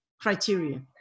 criteria